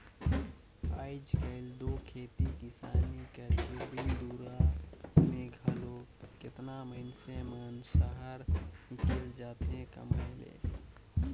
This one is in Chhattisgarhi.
आएज काएल दो खेती किसानी करेक दिन दुरा में घलो केतना मइनसे मन सहर हिंकेल जाथें कमाए ले